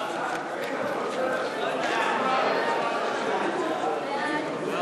ההצעה להעביר את הצעת חוק צער בעלי-חיים (תיקון,